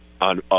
on